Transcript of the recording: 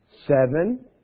Seven